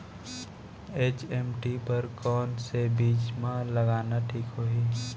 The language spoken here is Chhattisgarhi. एच.एम.टी बर कौन से बीज मा लगाना ठीक होही?